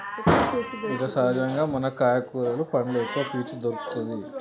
సహజంగా మనకు కాయ కూరలు పండ్లు ఎక్కవ పీచు దొరుకతది